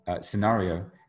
scenario